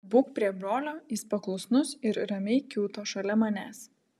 būk prie brolio jis paklusnus ir ramiai kiūto šalia manęs